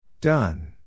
Done